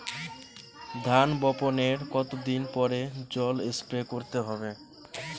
ধান বপনের কতদিন পরে জল স্প্রে করতে হবে?